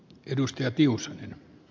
arvoisa puhemies